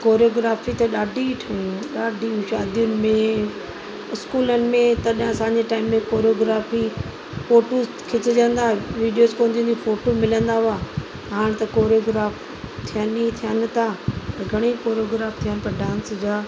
choreography ते ॾाढी ठहियूं ॾाढी शादियुनि में इस्कूलनि में तॾहिं असांजे टाइम में कोरियोग्राफी फोटूस खिचजंदा आहिनि विडियोस फोटू मिलंदा हुआ हाणे त कोरियोग्राफ थियनि ई थियनि था त घणेई कोरियोग्राफ थियनि पर डांस जा